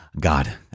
God